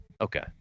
Okay